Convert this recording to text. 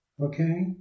okay